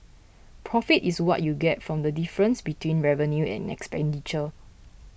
profit is what you get from the difference between revenue and expenditure